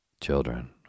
Children